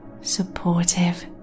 supportive